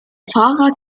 fahrer